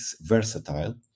versatile